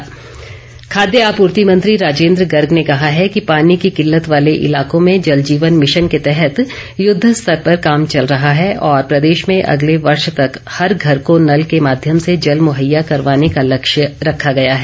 राजेंद्र गर्ग खाद्य आपूर्ति मंत्री राजेंद्र गर्ग ने कहा है कि पानी की किल्लत वाले इलाकों में जल जीवन मिशन के तहत युद्ध स्तर पर काम चल रहा है और प्रदेश में अगले वर्ष तक हर घर को नल के माध्यम से जल मुहैया करवाने का लक्ष्य रखा गया है